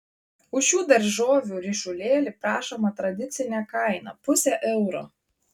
už šių daržovių ryšulėlį prašoma tradicinė kaina pusė euro